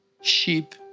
sheep